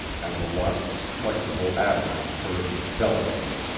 and the wasp's flexible abdomen curved delicately.